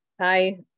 Hi